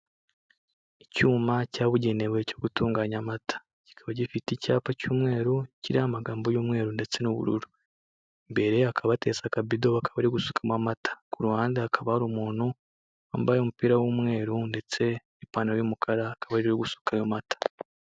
Icyuma cyabugenewe cyo gutunganya amata, kikaba gifite icyapa cy'umweru kiriho amagambo y'umweru ndetse n'ubururu, imbere hakaba hateretse akabido bakaba bari gusukamo amata, kuruhande hakaba hari umuntu wambaye umupira w'umweru ndetse n'ipantalo y'umukara akaba ariwe uri gusuka ayo amata.